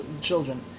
children